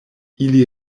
ili